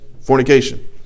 fornication